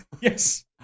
Yes